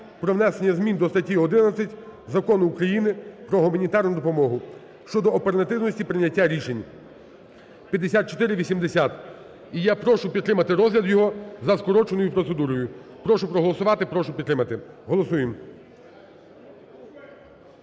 про внесення змін до статті 11-1 Закону України "Про гуманітарну допомогу" (щодо оперативності прийняття рішень) (5480). І я прошу підтримати розгляд його за скороченою процедурою. Прошу проголосувати. Прошу підтримати. Голосуєм.